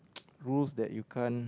rules that you can't